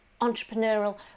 entrepreneurial